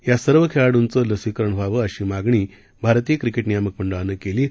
या सर्व खेळांडूचं लसीकरण व्हावं अशी मागणी भारतीय क्रिकेट नियामक मंडळानं केली आहे